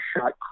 shot